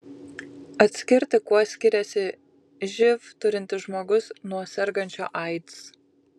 atskirti kuo skiriasi živ turintis žmogus nuo sergančio aids